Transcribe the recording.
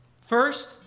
First